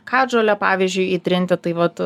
katžolę pavyzdžiui įtrinti tai vat